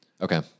okay